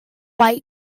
white